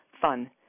fun